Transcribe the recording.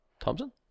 Thompson